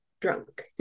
drunk